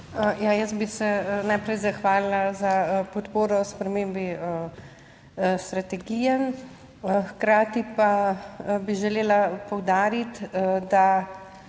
jaz bi se najprej zahvalila za podporo spremembi strategije, hkrati pa bi želela poudariti, da